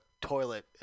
toilet